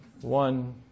one